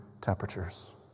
temperatures